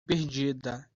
perdida